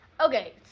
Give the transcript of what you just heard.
Okay